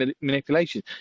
manipulation